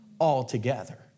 altogether